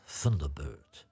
Thunderbird